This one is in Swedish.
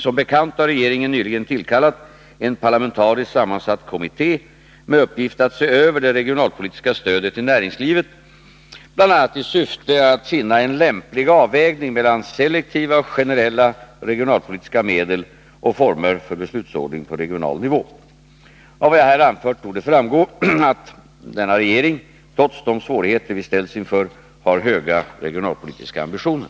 Som bekant har regeringen nyligen tillkallat en parlamentariskt sammansatt kommitté med uppgift att se över det regionalpolitiska stödet till näringslivet, bl.a. i syfte att finna en lämplig avvägning mellan selektiva och generella regionalpolitiska medel och former för beslutsordning på regional nivå. Av vad jag här anfört torde framgå att den här regeringen — trots de svårigheter den ställs inför — har höga regionalpolitiska ambitioner.